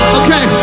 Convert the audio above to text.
okay